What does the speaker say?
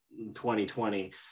2020